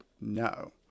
no